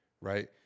right